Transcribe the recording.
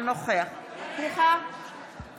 אינה נוכחת מאי גולן,